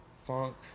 funk